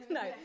no